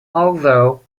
although